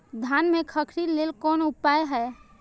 धान में खखरी लेल कोन उपाय हय?